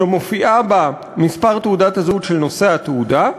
שמופיע בה מספר תעודת הזהות של נושא התעודה,